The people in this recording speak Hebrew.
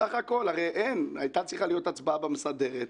בסך הכול הייתה צריכה להיות הצבעה בוועדה המסדרת,